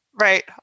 Right